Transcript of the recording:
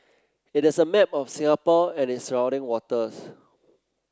it is a map of Singapore and its surrounding waters